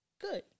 good